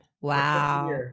Wow